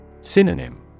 Synonym